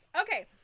Okay